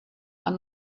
are